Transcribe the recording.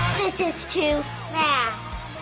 this is too fast.